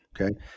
Okay